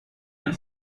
and